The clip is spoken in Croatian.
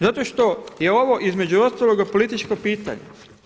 Zato što je ovo između ostaloga političko pitanje.